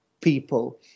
people